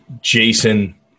Jason